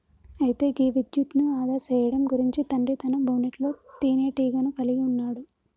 అయితే గీ విద్యుత్ను ఆదా సేయడం గురించి తండ్రి తన బోనెట్లో తీనేటీగను కలిగి ఉన్నాడు